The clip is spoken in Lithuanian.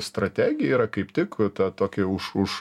strategija yra kaip tik tą tokį už už